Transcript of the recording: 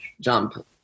jump